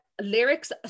lyrics